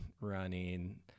running